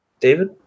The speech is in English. David